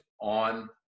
on